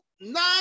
nine